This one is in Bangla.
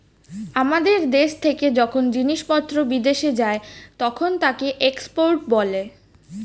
আমাদের দেশ থেকে যখন জিনিসপত্র বিদেশে যায় তখন তাকে এক্সপোর্ট বলে